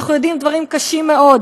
אנחנו יודעים דברים קשים מאוד.